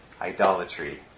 idolatry